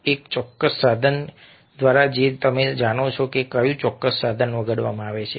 એક ચોક્કસ સાધન જે તમે જાણો છો કે કયું ચોક્કસ સાધન વગાડવામાં આવે છે